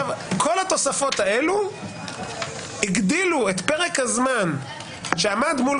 כל התוספות הללו הגדילו את פרק הזמן שעמד מול